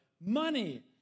money